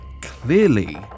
Clearly